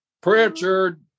Pritchard